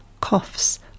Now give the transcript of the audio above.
coughs